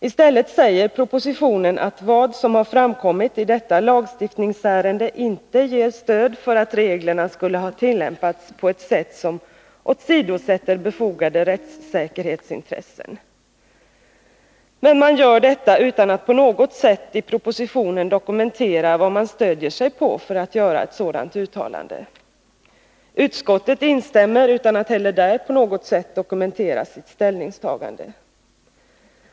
I stället säger propositionen att vad som har framkommit i detta lagstiftningsärende inte ger stöd för att reglerna skulle ha tillämpats på ett sätt som åsidosätter befogade rättssäkerhetsintressen. Men man gör detta utan att på något sätt i propositionen dokumentera vad man stöder sig på för att göra ett sådant uttalande. Utskottet instämmer utan att heller i betänkandet på något sätt dokumentera sitt ställningstagande.